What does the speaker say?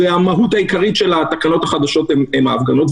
והמהות העיקרית של התקנות החדשות היא ההפגנות.